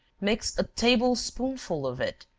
mix a table-spoonful of it,